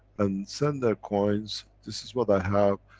and send their coins, this is what i have,